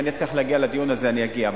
אם אני אצטרך להגיע לדיון הזה אני אגיע,